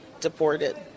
deported